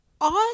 awesome